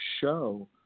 show